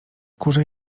kurze